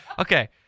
Okay